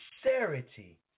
sincerity